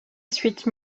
suite